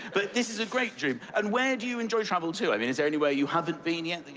but this is a great dream. and where do you enjoy travel to? i mean, is there anywhere you haven't been yet that